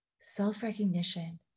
self-recognition